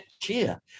cheer